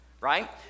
right